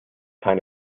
kind